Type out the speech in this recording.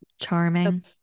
Charming